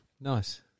Nice